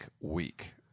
week